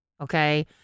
Okay